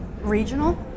regional